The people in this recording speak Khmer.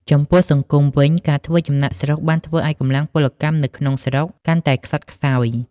ចំពោះសង្គមវិញ ការធ្វើចំណាកស្រុកបានធ្វើឱ្យកម្លាំងពលកម្មនៅក្នុងស្រុកកាន់តែខ្សត់ខ្សោយ។